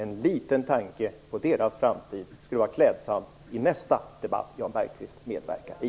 En liten tanke på deras framtid skulle vara klädsam i nästa debatt som Jan Bergqvist medverkar i.